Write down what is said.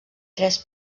tres